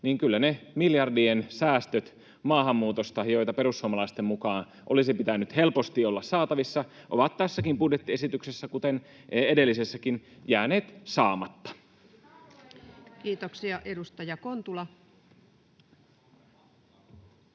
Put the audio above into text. niin kyllä ne miljardien säästöt maahanmuutosta, joita perussuomalaisten mukaan olisi pitänyt helposti olla saatavissa, ovat tässäkin budjettiesityksessä, kuten edellisessäkin, jääneet saamatta. [Jenna Simula: